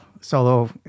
solo